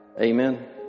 Amen